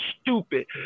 stupid